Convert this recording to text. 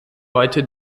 heute